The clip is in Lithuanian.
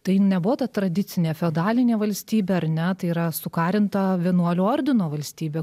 tai nebuvo ta tradicinė feodalinė valstybė ar ne tai yra sukarinta vienuolių ordino valstybė